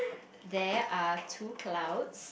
there are two clouds